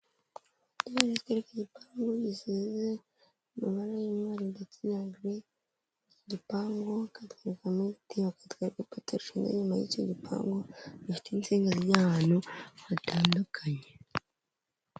Barimo baratwereka igipangu gisize amabara y'umweru ndetse na agiri igipangu bakatweraka ipoto riri inyuma y'icyo gipangu rifite insinga zijya ahantu hatandukanye.